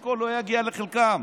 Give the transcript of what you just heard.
חלקו, לא יגיע לחלקם.